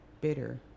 bitter